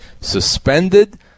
suspended